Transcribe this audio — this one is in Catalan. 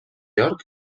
york